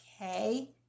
okay